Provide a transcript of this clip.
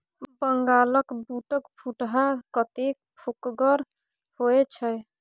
बंगालक बूटक फुटहा कतेक फोकगर होए छै